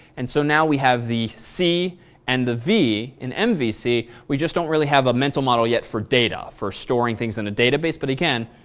and so now we have the c and the v in mvc, we just don't really have a mental model yet for data, for storing things in a database but again,